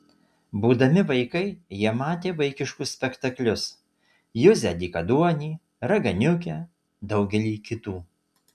būdami vaikai jie matė vaikiškus spektaklius juzę dykaduonį raganiukę daugelį kitų